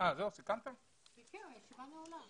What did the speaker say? הישיבה נעולה.